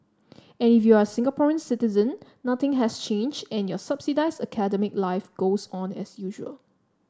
and if you're a Singaporean citizen nothing has changed and your subsidised academic life goes on as usual